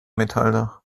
metalldach